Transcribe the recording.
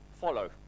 follow